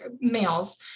males